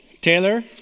Taylor